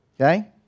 okay